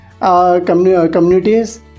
communities